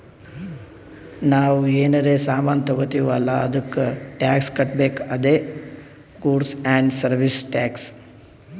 ನಾವ್ ಏನರೇ ಸಾಮಾನ್ ತಗೊತ್ತಿವ್ ಅಲ್ಲ ಅದ್ದುಕ್ ಟ್ಯಾಕ್ಸ್ ಕಟ್ಬೇಕ್ ಅದೇ ಗೂಡ್ಸ್ ಆ್ಯಂಡ್ ಸರ್ವೀಸ್ ಟ್ಯಾಕ್ಸ್